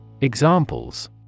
Examples